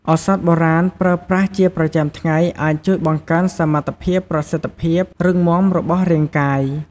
ឱសថបុរាណប្រើប្រាស់ជាប្រចាំថ្ងៃអាចជួយបង្កើនសមត្ថភាពប្រសិទ្ធភាពរឹងមាំរបស់រាងកាយ។